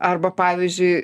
arba pavyzdžiui